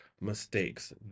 mistakes